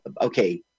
Okay